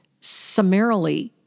summarily